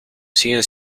siguen